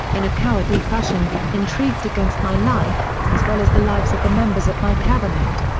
in a cowardly fashion, intrigued against my life, as well as the lives of the members of my cabinet.